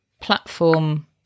platform